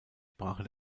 sprache